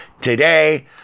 today